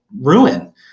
ruin